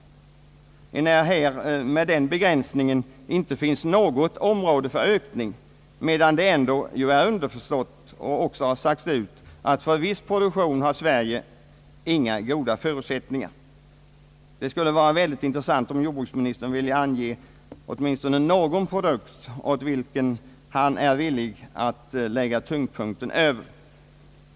Med den begränsningen finns det nämligen inte något område för ökning, medan det ju ändå är underförstått — och också sagts ut — att för viss produktion har Sverige inga goda förutsättningar. Det skulle vara mycket intressant om jordbruksministern ville ange åtminstone någon produkt där han är villig att lägga tyngdpunkten.